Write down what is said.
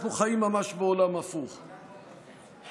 אנחנו חיים בעולם ממש הפוך.